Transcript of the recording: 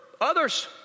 others